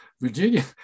Virginia